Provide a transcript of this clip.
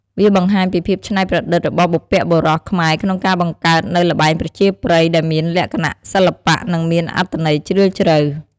វាបង្ហាញពីភាពច្នៃប្រឌិតរបស់បុព្វបុរសខ្មែរក្នុងការបង្កើតនូវល្បែងប្រជាប្រិយដែលមានលក្ខណៈសិល្បៈ និងមានអត្ថន័យជ្រាលជ្រៅ។